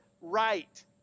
right